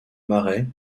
marais